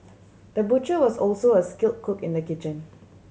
the butcher was also a skill cook in the kitchen